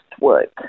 work